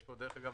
דרך אגב,